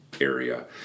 area